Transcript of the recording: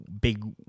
big